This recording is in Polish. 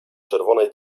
czerwonej